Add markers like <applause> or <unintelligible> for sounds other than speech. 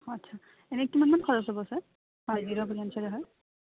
আচ্ছা এনে কিমানমান খৰচ হ'ব ছাৰ <unintelligible>